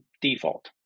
default